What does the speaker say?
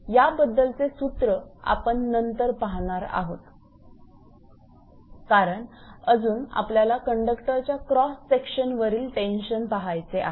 याबद्दलचे सूत्र आपण पण नंतर पाहणार आहोत कारण अजून आपल्याला कंडक्टरच्या क्रॉस सेक्शन वरील टेन्शन पाहायचे आहे